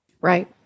Right